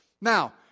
Now